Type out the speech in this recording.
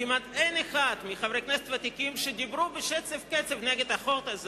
כמעט אין אחד מחברי הכנסת הוותיקים שדיברו בשצף קצף נגד החוק הזה